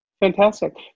fantastic